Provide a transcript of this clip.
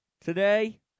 today